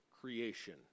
creation